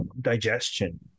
digestion